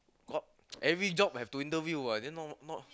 got every job have to interview then not not not